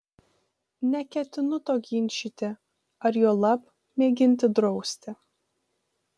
neketinu to ginčyti ar juolab mėginti drausti